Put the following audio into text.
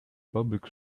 public